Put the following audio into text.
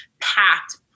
packed